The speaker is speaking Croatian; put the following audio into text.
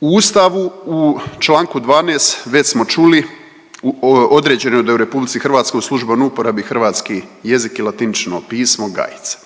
U Ustavu u čl. 12. već smo čuli određeno je da je u RH u službenoj uporabi hrvatski jezik i latično pismo gajica.